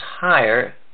higher